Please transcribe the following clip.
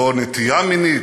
לא נטייה מינית,